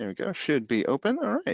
and go should be open. all right,